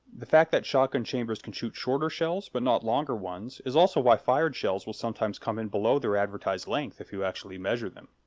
the fact that shotgun chambers can shoot shorter shells, but not longer ones, is also why fired shells will sometimes come in below their advertised length if you actually measure them.